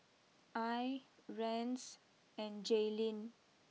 Al Rance and Jailyn